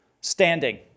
Standing